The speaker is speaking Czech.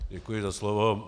Děkuji za slovo.